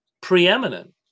preeminent